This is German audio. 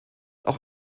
auch